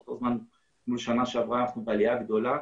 לעומת שנה שעברה אנחנו בעלייה גדולה.